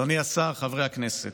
אדוני השר, חברי הכנסת,